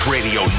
Radio